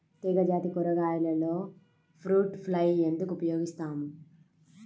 తీగజాతి కూరగాయలలో fruit fly ఎందుకు ఉపయోగిస్తాము?